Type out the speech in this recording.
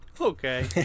okay